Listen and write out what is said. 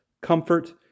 comfort